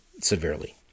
severely